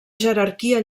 jerarquia